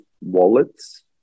wallets